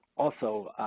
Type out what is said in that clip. also,